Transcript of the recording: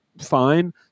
fine